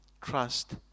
Trust